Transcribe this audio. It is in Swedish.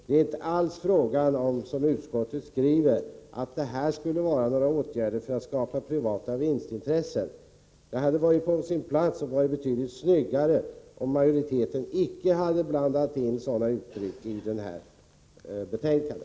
Det är inte alls fråga om, som utskottet skriver, åtgärder för att skapa privata vinstintressen. Det hade varit på sin plats och betydligt snyggare om majoriteten icke hade blandat in sådana uttryck i detta betänkande.